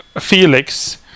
Felix